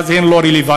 ואז הן לא רלוונטיות.